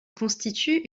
constitue